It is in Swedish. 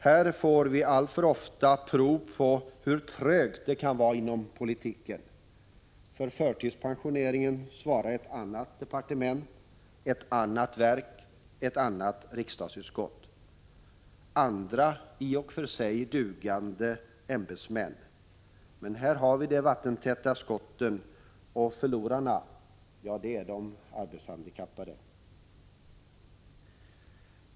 Här får vi alltför ofta prov på hur trögt det kan vara inom politiken. För förtidspensioneringen svarar ett annat departement, ett annat verk, ett annat riksdagsutskott, andra i och för sig dugande ämbetsmän. Här har vi de vattentäta skotten, och förlorarna — ja, det blir de arbetshandikappade.